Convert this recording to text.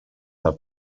have